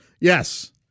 Yes